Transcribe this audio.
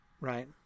right